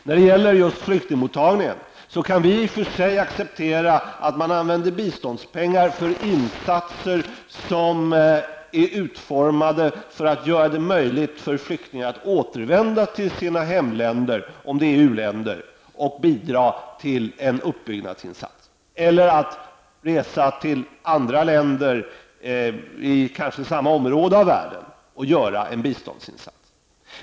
När det gäller just flyktingmottagningen kan vi i och för sig acceptera att man använder biståndspengar för insatser som är utformade för att göra det möjligt för flyktingar att återvända till sina hemländer, om det är uländer, och bidra till en uppbyggnadsinsats eller att resa till andra länder i tredje världen och göra en biståndsinsats.